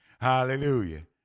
Hallelujah